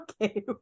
okay